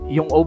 Yung